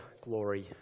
glory